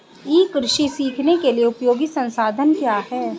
ई कृषि सीखने के लिए उपयोगी संसाधन क्या हैं?